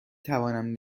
توانم